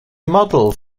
modeled